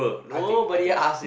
I think I think